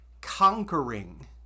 conquering